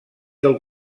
del